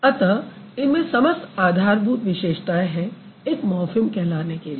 अतः इनमें समस्त आधारभूत विशेषताएँ हैं एक मॉर्फ़िम कहलाने के लिए